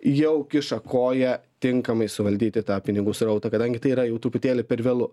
jau kiša koją tinkamai suvaldyti tą pinigų srautą kadangi tai yra jau truputėlį per vėlu